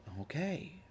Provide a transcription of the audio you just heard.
Okay